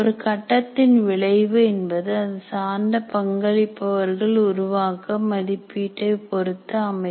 ஒரு கட்டத்தின் விளைவு என்பது அது சார்ந்த பங்களிப்பவர்கள் உருவாக்க மதிப்பீட்டை பொருத்து அமையும்